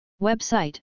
Website